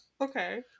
Okay